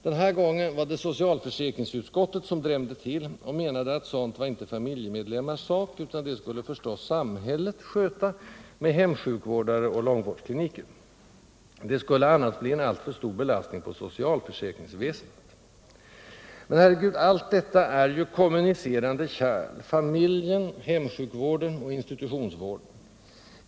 Den här gången var det socialförsäkringsutskottet som drämde till och menade att sådant var inte familjemedlemmars sak, utan det skulle förstås ”samhället” sköta, med hemsjukvårdare eller långvårdskliniker. Det skulle annars bli en alltför stor belastning på socialförsäkringsväsendet. Men, herregud, allt detta är ju kommunicerande kärl: familjen — hemsjukvården — institutionsvården.